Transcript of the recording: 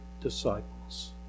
disciples